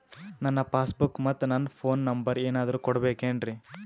ನನ್ನ passbook ಮತ್ ನನ್ನ ಫೋನ್ ನಂಬರ್ ಏನಾದ್ರು ಕೊಡಬೇಕೆನ್ರಿ?